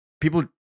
people